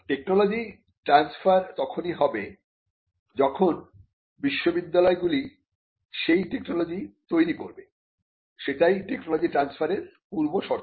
technology transfer তখনই হবে যখন বিশ্ববিদ্যালয়গুলি সেই টেকনোলজি তৈরি করবে সেটাই টেকনোলজি ট্রান্সফারের পূর্ব শর্ত